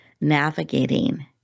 navigating